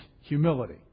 humility